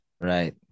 Right